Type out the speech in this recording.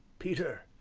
peter,